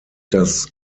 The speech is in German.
das